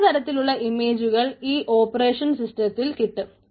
പല തരത്തിലുള്ള ഇമെജകൾ ഈ ഓപ്പറെഷൻ സിസ്റ്റത്തിൽ കിട്ടും